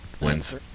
wins